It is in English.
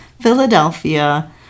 philadelphia